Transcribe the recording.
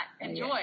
enjoy